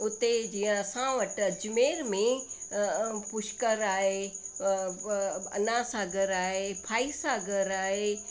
उते जीअं असां वटि अजमेर में पुष्कर आहे अनासागर आहे फोई सागर आहे